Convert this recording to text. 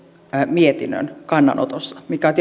mietinnön kannanotosta mikä